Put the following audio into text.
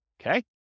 Okay